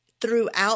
throughout